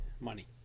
Money